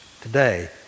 today